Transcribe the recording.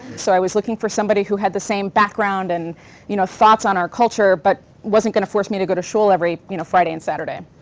so i was looking for somebody who had the same background and you know thoughts on our culture, but wasn't going to force me to go to shul every you know friday and saturday.